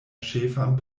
ĉefan